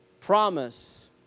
promise